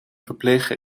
verpleger